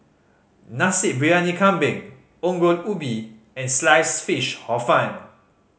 Nasi Briyani Kambing Ongol Ubi and Sliced Fish Hor Fun